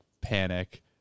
panic